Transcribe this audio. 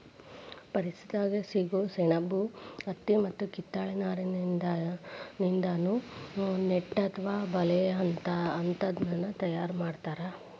ಪರಿಸರದಾಗ ಸಿಗೋ ಸೆಣಬು ಹತ್ತಿ ಮತ್ತ ಕಿತ್ತಳೆ ನಾರಿನಿಂದಾನು ನೆಟ್ ಅತ್ವ ಬಲೇ ಅಂತಾದನ್ನ ತಯಾರ್ ಮಾಡ್ತಾರ